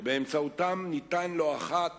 שבאמצעותם ניתן לא אחת